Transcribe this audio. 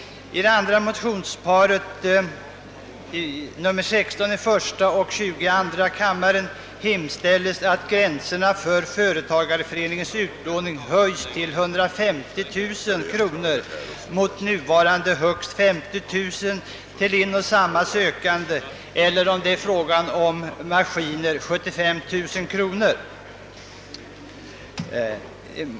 I det andra motionsparet, I: 16 och II: 20, hemställs att gränserna för företagareföreningarnas utlåning höjs till 150 000 kronor i stället för nuvarande högst 50 000 kronor till en och samma sökande och, om det är fråga om maskiner, 75 000 kronor.